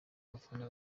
abafana